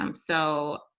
um so,